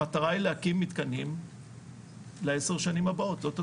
המטרה היא להקים מתקנים לעשר השנים הבאות.